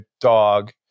dog